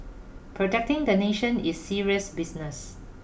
protecting the nation is serious business